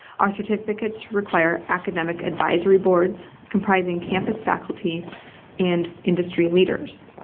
our certificates require academic advisory boards comprising campus faculty and industry leaders,